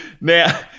Now